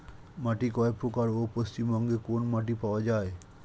মাটি কয় প্রকার ও পশ্চিমবঙ্গ কোন মাটি পাওয়া য়ায়?